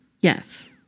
Yes